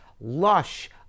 lush